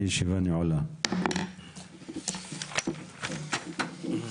הישיבה ננעלה בשעה 13:30.